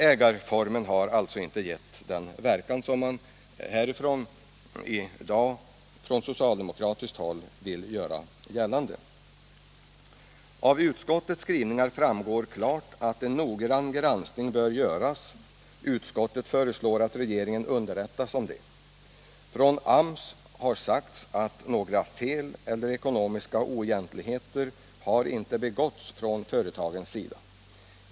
Ägarformen har alltså inte fått den verkan som man här i dag från socialdemokratiskt håll vill göra gällande. Av utskottets skrivning framgår klart att en noggrann granskning bör göras. Utskottet föreslår att regeringen underrättas om det. Från AMS har sagts att det inte begåtts några fel eller förekommit några ekonomiska oegentligheter från företagens sida.